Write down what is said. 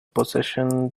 procession